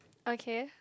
okay